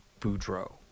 Boudreaux